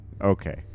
Okay